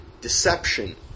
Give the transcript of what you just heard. Deception